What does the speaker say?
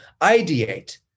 ideate